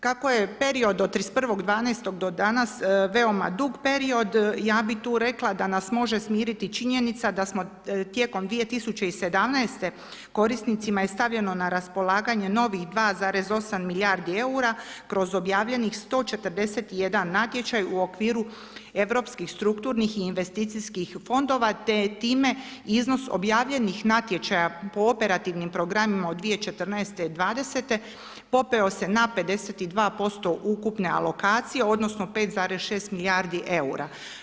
Kako je period od 31.12. do danas veoma dug period, ja bi tu rekla da nas može smiriti činjenica da smo tijekom 2017. korisnicima je stavljeno na raspolaganje novih 2,8 milijardi eura kroz objavljenih 141 natječaj u okviru europskih strukturnih i investicijskih fondova, te je time iznos objavljenih natječaja po operativnim programima od 2014. do 2020. popeo se na 52% ukupne alokacije, odnosno 5,6 milijardi eura.